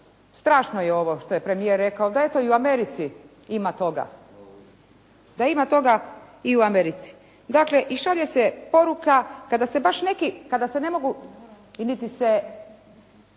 strašno je ovo što je premijer rekao, da eto i u Americi ima toga. Da ima toga i u Americi. Dakle i šalje se poruka kada se baš neki, kada se ne mogu leševi sa